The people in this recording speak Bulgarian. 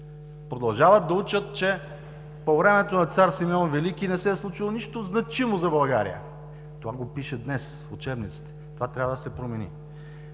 Продължават да учат, че по времето на Цар Симеон Велики не се е случило нищо значимо за България. Това го пише днес в учебниците – това трябва да се промени!